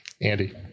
Andy